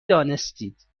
دانستید